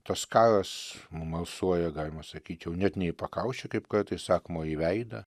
tas karas mum alsuoja galima sakyt jau net ne į pakaušį kaip kartais sakoma o į veidą